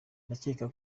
ndakeka